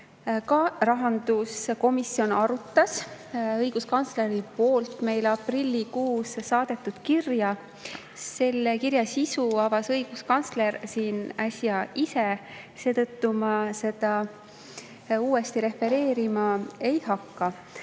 Ka rahanduskomisjon arutas õiguskantsleri poolt meile aprillikuus saadetud kirja. Selle kirja sisu avas õiguskantsler siin äsja ise, seetõttu ma seda uuesti refereerima ei hakka,